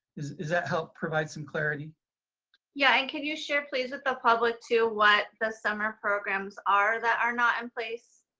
does that help provide some clarity yeah and can you share please with the public too what the summer programs are that are not in place?